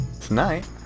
Tonight